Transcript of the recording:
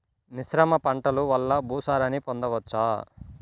మిశ్రమ పంటలు వలన భూసారాన్ని పొందవచ్చా?